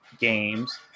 games